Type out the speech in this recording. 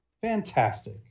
Fantastic